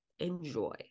enjoy